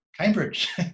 Cambridge